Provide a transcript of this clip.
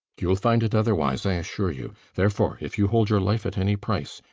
you'll find it otherwise, i assure you. therefore, if you hold your life at any price,